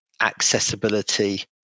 accessibility